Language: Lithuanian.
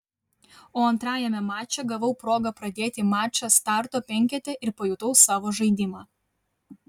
o antrajame mače gavau progą pradėti mačą starto penkete ir pajutau savo žaidimą